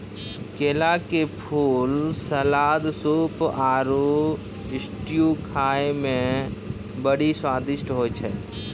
केला के फूल, सलाद, सूप आरु स्ट्यू खाए मे बड़ी स्वादिष्ट होय छै